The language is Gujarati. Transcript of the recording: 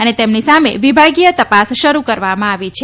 અને તેમની સામે વિભાગીય તપાસ શરૂ કરવામાં આવી છે